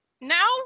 now